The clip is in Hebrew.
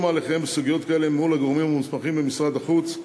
מהלכיהם בסוגיות כאלה מול הגורמים המוסמכים במשרד החוץ,